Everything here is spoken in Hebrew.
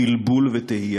בלבול ותהייה.